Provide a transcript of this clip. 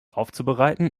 aufzubereiten